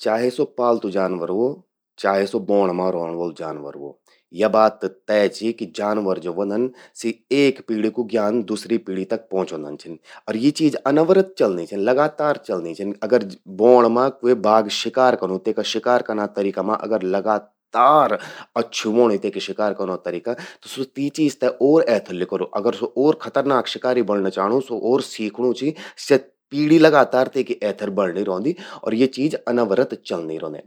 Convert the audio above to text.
चाहे स्वो पालतू जनवर हो, चाहे स्वो बौंण मां रौंण वलु जानवर ह्वो। या बात त तय चि कि जानवर जो ह्वोंदन, सि एक पीढ़ी कु ज्ञान दूसरी पीढ़ी तक पहुंचौंदन छिन। अर यि चीज अनवरत चलणीं छिन, लगातार चलणीं छिन। बौंण मां अगर क्वो बाघ शिकार कनू, अगर तेका शिकार कना तरीका मां लगातार अच्छू व्हौंणूं तेकु शिकार कनौ तरीका, स्वो तीं चीज ते और एथर लिकरौलु। अगर स्वो और खतरनाक शिकारी बणं चाणूं, स्वो ओर सीखणूं चि, स्या पीढ़ी लगातार तेकी एथर बणणीं रौंदी और य चीज अनवरत चलणीं रौंदिन।